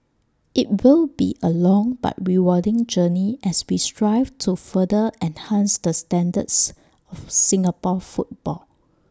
IT will be A long but rewarding journey as we strive to further enhance the standards of Singapore football